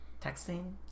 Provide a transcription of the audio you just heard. Texting